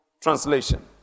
Translation